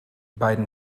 beiden